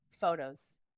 photos